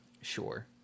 Sure